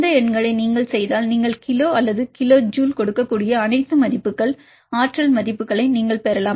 இந்த எண்களை நீங்கள் செய்தால் நீங்கள் கிலோ அல்லது கிலோ ஜூல் கொடுக்கக்கூடிய அனைத்து மதிப்புகள் ஆற்றல் மதிப்புகளை நாங்கள் பெறலாம்